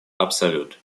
absolute